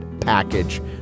package